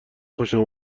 خوشم